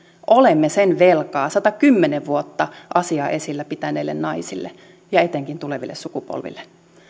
olemme sen velkaa satakymmentä vuotta asiaa esillä pitäneille naisille ja etenkin tuleville sukupolville